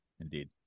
Indeed